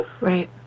Right